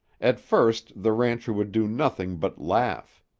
at first the rancher would do nothing but laugh.